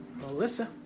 Melissa